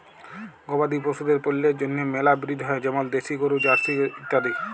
গবাদি পশুদের পল্যের জন্হে মেলা ব্রিড হ্য় যেমল দেশি গরু, জার্সি ইত্যাদি